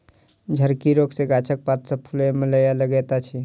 झड़की रोग सॅ गाछक पात आ फूल मौलाय लगैत अछि